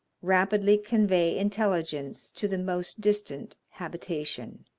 rapidly convey intelligence to the most distant habitation.